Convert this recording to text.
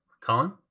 Colin